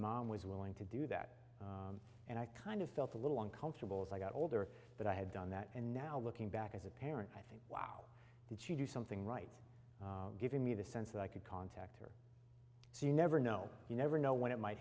mom was willing to do that and i kind of felt a little uncomfortable as i got older that i had done that and now looking back as a parent i think wow did she do something right giving me the sense that i could contact her so you never know you never know when it might